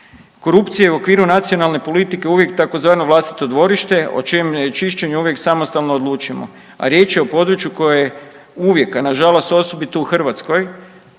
Korupcija je u okviru nacionalne politike uvijek tzv. vlastito dvorište o čijem čišćenju uvijek samostalno odlučujemo, a riječ je o području koje je uvijek, a nažalost osobito u Hrvatskoj